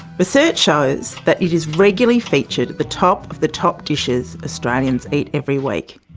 research shows that it is regularly featured at the top of the top dishes australians eat every week.